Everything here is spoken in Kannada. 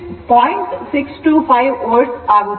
625 volt ಆಗುತ್ತದೆ